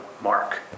Mark